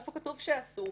איפה כתוב שאסור.